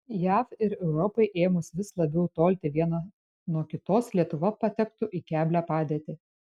jav ir europai ėmus vis labiau tolti viena nuo kitos lietuva patektų į keblią padėtį